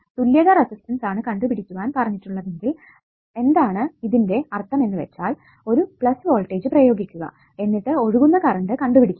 തുല്യത റെസിസ്റ്റൻസ് ആണ് കണ്ടുപിടിക്കാൻ പറഞ്ഞിട്ടുള്ളതെങ്കിൽ എന്താണ് ഇതിന്റെ അർത്ഥം എന്ന് വെച്ചാൽ ഒരു വോൾടേജ് പ്രയോഗിക്കുക എന്നിട്ട് ഒഴുകുന്ന കറണ്ട് കണ്ടുപിടിക്കുക